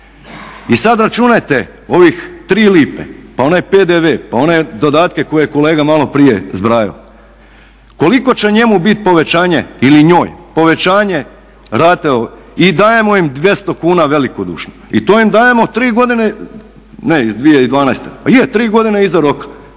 I sada računajte ovih 3 lipe pa onaj PDV, pa one dodatke koje je kolega malo prije zbrajao, koliko će njemu biti povećanje ili njoj povećanje rate i dajemo im 200 kuna velikodušno i to im dajemo, ne 2012., pa je tri godine iza roka.